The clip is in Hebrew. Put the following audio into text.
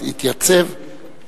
התייצב,